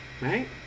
right